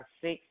six